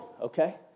okay